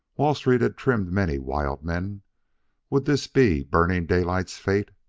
wall street had trimmed many wild men would this be burning daylight's fate?